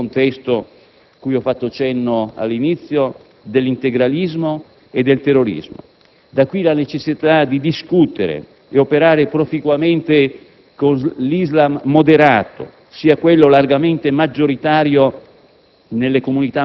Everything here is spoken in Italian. C'è anche il contesto - cui ho fatto cenno all'inizio - dell'integralismo e del terrorismo. Da qui la necessità di discutere e operare proficuamente con l'Islam moderato, sia quello largamente maggioritario